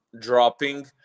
dropping